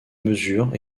mesures